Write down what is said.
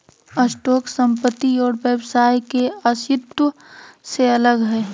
stock संपत्ति और व्यवसाय के अस्तित्व से अलग हइ